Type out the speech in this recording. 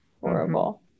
horrible